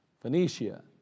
Phoenicia